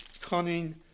Cunning